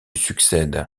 succède